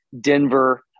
Denver